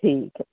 ਠੀਕ ਹੈ